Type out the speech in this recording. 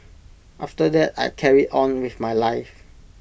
after that I carried on with my life